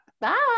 Bye